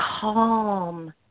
calm